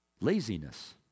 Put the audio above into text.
Laziness